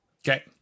Okay